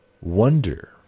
wonder